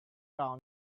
around